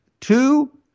two